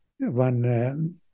One